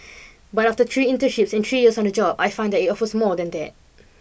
but after three internships and three years on the job I find that it offers more than that